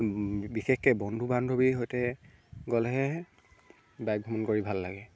বিশেষকে বন্ধু বান্ধৱীৰ সৈতে গ'লেহে বাইক ভ্ৰমণ কৰি ভাল লাগে